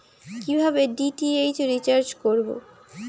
কিভাবে DTH recharge করব?